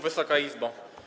Wysoka Izbo!